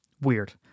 Weird